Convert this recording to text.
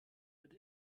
wird